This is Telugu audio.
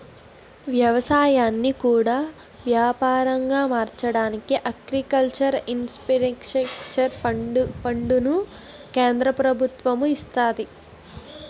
ఎవసాయాన్ని కూడా యాపారంగా మార్చడానికి అగ్రికల్చర్ ఇన్ఫ్రాస్ట్రక్చర్ ఫండును కేంద్ర ప్రభుత్వము ఇస్తంది